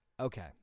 Okay